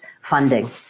funding